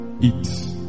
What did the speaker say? eat